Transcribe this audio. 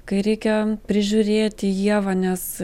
kai reikia prižiūrėti ievą nes